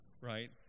right